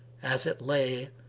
as it lay,